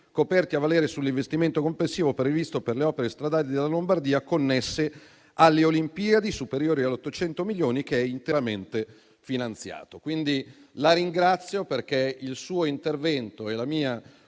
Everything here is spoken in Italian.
coperti a valere sull'investimento complessivo previsto per le opere stradali della Lombardia connesse alle Olimpiadi, superiori ad 800 milioni, che è interamente finanziato. La ringrazio perché il suo intervento e la mia